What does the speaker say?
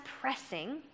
pressing